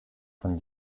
von